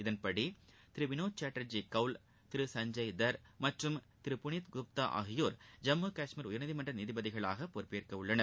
இதன்படி திரு வினோத் சட்டர்ஜி கவுல் திரு சஞ்சய்தர் மற்றும் திரு புளீத் குப்தா ஆகியோர் ஜம்மு காஷ்மீர் உயர்நீதிமன்ற நீதிபதிகளாக பொறுப்பேற்கவுள்ளனர்